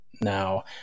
now